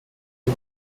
mit